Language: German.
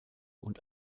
und